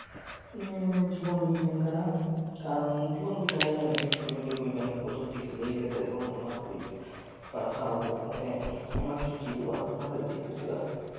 ᱱᱤᱭᱟᱹ ᱡᱤᱵᱚᱱ ᱵᱤᱜᱽᱜᱟᱱ ᱠᱟᱱᱟ ᱠᱟᱨᱚᱱ ᱡᱤᱵᱚᱱᱵ ᱨᱮ ᱟᱹᱰᱤ ᱵᱷᱟᱹᱜᱤ ᱵᱷᱟᱹᱜᱤ ᱯᱚᱫᱷᱚᱛᱤ ᱠᱚ ᱞᱟᱹᱭ ᱟᱠᱟᱫᱟ ᱮᱵᱚᱝ ᱚᱱᱟᱠᱚ ᱯᱟᱲᱦᱟᱣ ᱠᱟᱛᱮᱫ ᱟᱭᱢᱟᱠᱤᱪᱷᱩ ᱪᱮᱫᱚᱜᱼᱟ ᱚᱱᱟ ᱦᱚᱛᱮᱫ ᱛᱮᱧ ᱠᱩᱥᱤᱭᱟᱜᱼᱟ